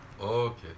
Okay